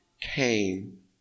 came